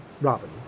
Robin